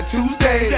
Tuesday